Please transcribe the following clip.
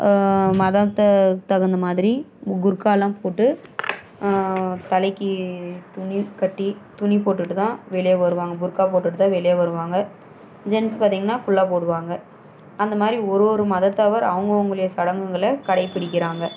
மதத்துக்கு தகுந்த மாதிரி புர்க்காலாம் போட்டு தலைக்கு துணி கட்டி துணி போட்டுகிட்டுதான் வெளியே வருவாங்க புர்க்கா போட்டுகிட்டுதான் வெளியே வருவாங்க ஜென்ஸ் பார்த்திங்கன்னா குல்லாய் போடுவாங்க அந்தமாதிரி ஒரு ஒரு மதத்தவர் அவங்கவுங்களுடைய சடங்குகளை கடைப்பிடிக்கிறாங்க